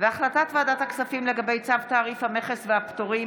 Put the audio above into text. הצעת ועדת הכספים בדבר צו תעריף המכס והפטורים